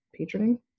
patroning